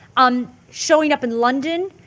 um showing up in london,